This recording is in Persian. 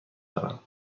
دارم